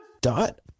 Dot